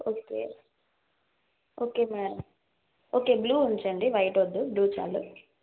okay okay madam okay blue ఉంచండి white వద్దు blue చాలు